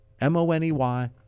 M-O-N-E-Y